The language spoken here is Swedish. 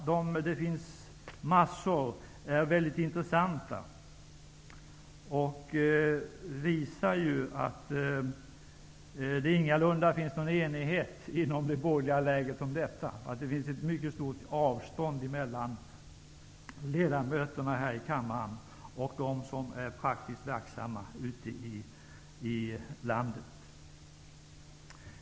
Jag tycker att de är mycket intressanta och visar att det ingalunda finns någon enighet inom det borgerliga lägret om detta. Det finns ett mycket stort avstånd mellan ledamöterna här i kammaren och dem som är praktiskt verksamma ute i landet.